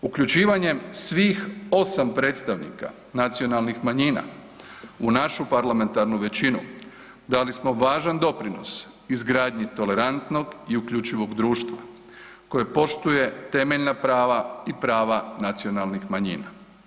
Uključivanjem svih 8 predstavnika nacionalnih manjina u našu parlamentarnu većinu dali smo važan doprinos izgradnji naprednog i uključivog društva koje poštuje temeljna prava i prava nacionalnih manjina.